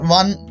one